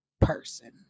person